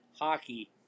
hockey